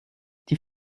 die